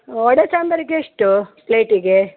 ಒಡೆ ಸಾಂಬಾರಿಗೆಷ್ಟು ಪ್ಲೇಟಿಗೆ